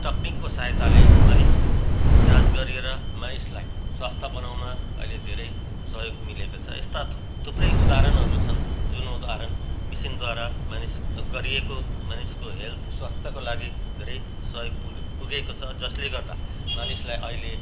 तक्निकको सहायताले मानिसको जाँच गरेर मानिसलाई स्वास्थ्य बनाउन अहिले धेरै सहयोग मिलेको छ यस्ता थुप थुप्रै उदाहरणहरू छन् जुन उदाहरण मसिनद्वारा मानिस गरिएको मानिसको हेल्थ स्वास्थ्यको लागि धेरै सहयोग पुगे पुगेको छ जसले गर्दा मानिसलाई अहिले